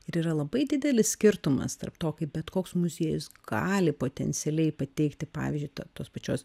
ir yra labai didelis skirtumas tarp to kaip bet koks muziejus gali potencialiai pateikti pavyzdžiui ta tos pačios